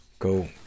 Go